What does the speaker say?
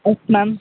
yes ma'am